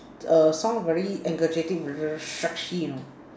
err sound very energetic when the sexy you know